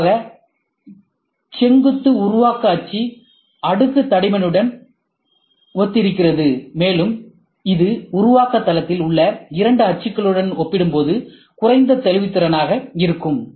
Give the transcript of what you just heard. பொதுவாக செங்குத்து உருவாக்க அச்சு அடுக்கு தடிமனுடன் ஒத்திருக்கிறது மேலும் இது உருவாக்க தளத்தில் உள்ள இரண்டு அச்சுகளுடன் ஒப்பிடும்போது குறைந்த தெளிவுத்திறனாக இருக்கும்